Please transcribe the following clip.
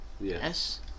Yes